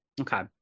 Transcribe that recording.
Okay